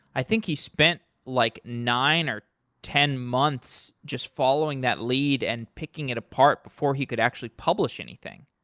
i think he spent like nine or ten months just following that lead and picking it apart before he could actually publish anything.